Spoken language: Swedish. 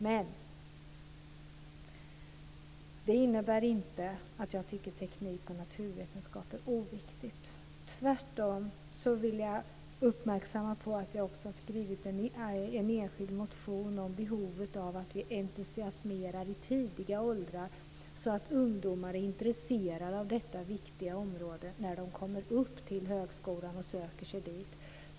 Men det innebär inte att jag tycker att teknik och naturvetenskap är oviktigt. Tvärtom vill jag uppmärksamma på att jag också har skrivit en enskild motion om behovet av att man entusiasmerar i tidiga åldrar så att ungdomar intresserar sig för detta viktiga område när söker sig till högskolan.